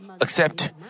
accept